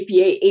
APA